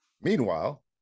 Meanwhile